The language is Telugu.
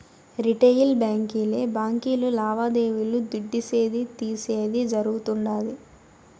రిటెయిల్ బాంకీలే బాంకీలు లావాదేవీలు దుడ్డిసేది, తీసేది జరగుతుండాది